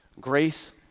Grace